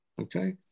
Okay